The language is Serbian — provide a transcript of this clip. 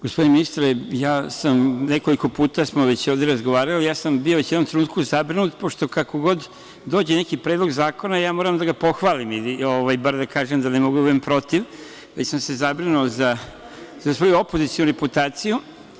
Gospodine ministre, nekoliko puta smo već ovde razgovarali, bio sam u jednom trenutku zabrinut, pošto kako god dođe neki predlog zakona, moram da ga pohvalim, ili da bar kažem, ne mogu da budem protiv, već sam se zabrinuo za svoju opozicionu reputaciju.